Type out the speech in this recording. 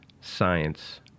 science